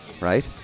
right